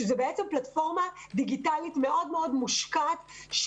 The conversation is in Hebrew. שזו פלטפורמה דיגיטלית מאוד מושקעת.